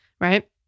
Right